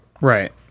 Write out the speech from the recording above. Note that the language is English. Right